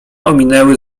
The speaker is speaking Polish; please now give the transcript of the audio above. ominęły